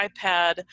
iPad